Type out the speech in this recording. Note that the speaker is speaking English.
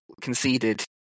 conceded